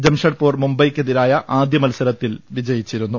ജംഷഡ്പൂർ മുംബൈയ്ക്കെതിരായ ആദ്യമത്സരത്തിൽ വിജയിച്ചിരുന്നു